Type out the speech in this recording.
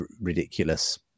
ridiculous